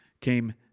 came